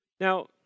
Now